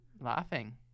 Laughing